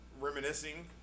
reminiscing